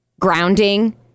grounding